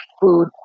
food